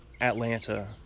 Atlanta